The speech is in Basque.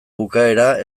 bukaera